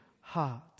heart